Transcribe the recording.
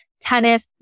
tennis